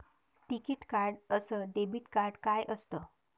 टिकीत कार्ड अस debit card काय असत?